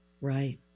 Right